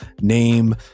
name